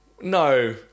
No